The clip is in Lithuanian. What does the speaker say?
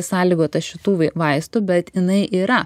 sąlygota šitų vaistų bet jinai yra